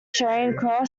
cannon